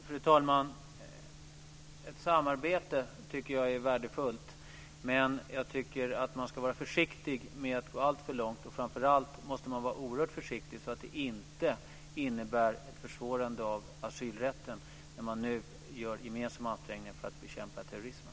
Fru talman! Ett samarbete tycker jag är värdefullt. Men jag tycker att man ska vara försiktig med att gå alltför långt. Framför allt måste man vara oerhört försiktig så att det inte innebär ett försvårande av asylrätten när man nu gör gemensamma ansträngningar för att bekämpa terrorismen.